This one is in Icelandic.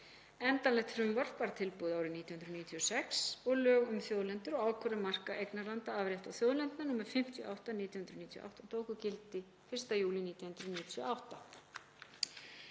Endanlegt frumvarp var tilbúið árið 1996 og lög um þjóðlendur og ákvörðun marka eignarlanda, afrétta og þjóðlendna, nr. 58/1998, tóku gildi 1. júlí 1998.